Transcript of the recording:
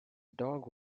dog